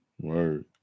word